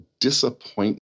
disappointment